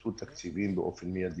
יוסטו תקציבים באופן מיידי.